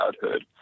childhood